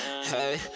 hey